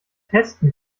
testen